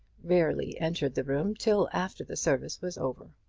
rarely entered the room till after the service was over.